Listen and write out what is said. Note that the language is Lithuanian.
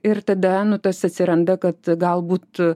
ir tada nu tas atsiranda kad galbūt